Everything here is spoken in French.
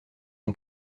son